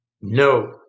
No